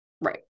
Right